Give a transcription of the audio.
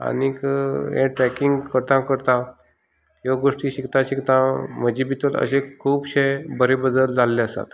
आनी हे ट्रेकींग करता करता ह्या गोष्टी शिकता शिकता म्हजे भितर खुबशे बरे बदल जाल्ले आसात